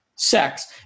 sex